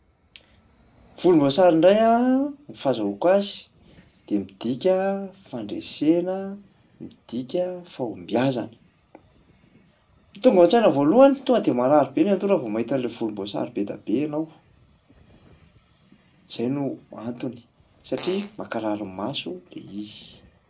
Volomboasary indray a, ny fahazahoaka azy de midika fandresena, midika fahombiazana. Tonga ao an-tsaina voalohany tonga de marary be ny an-doha raha vao mahita an'lay volomboasary be da be ianao, izay no antony satria mankarary maso lay izy.